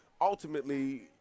ultimately